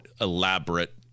Elaborate